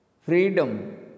Freedom